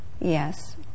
Yes